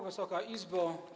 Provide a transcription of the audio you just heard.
Wysoka Izbo!